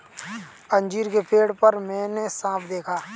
अंजीर के पेड़ पर मैंने साँप देखा